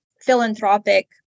philanthropic